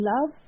love